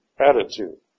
attitude